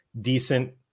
decent –